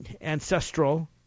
ancestral